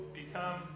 become